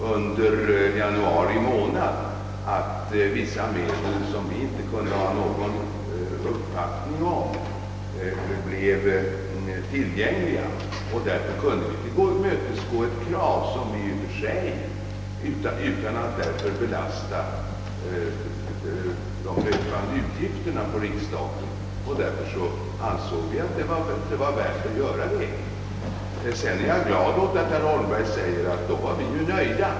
Under januari månad hade det nämligen visat sig att vissa medel, som vi tidigare inte hade haft vetskap om, blev tillgängliga, och därför kunde vi tillmötesgå kraven utan att därmed belästa de löpande utgifterna på riksstaten. Jag är glad över att herr Holmberg nu säger 'att ni var nöjda.